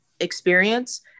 experience